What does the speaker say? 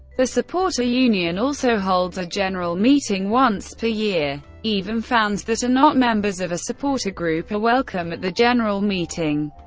the supporter union also holds a general meeting once once per year. even fans that are not members of a supporter group are welcome at the general meeting.